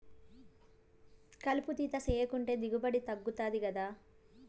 కలుపు తీత సేయకంటే దిగుబడి తగ్గుతది గదా